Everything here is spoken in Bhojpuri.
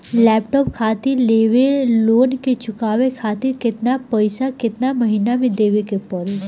लैपटाप खातिर लेवल लोन के चुकावे खातिर केतना पैसा केतना महिना मे देवे के पड़ी?